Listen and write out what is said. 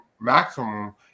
maximum